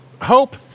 Hope